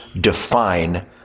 define